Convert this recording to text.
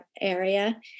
area